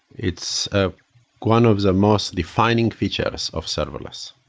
it's ah one of the most defining features of serverless.